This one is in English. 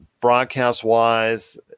broadcast-wise